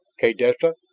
kaydessa!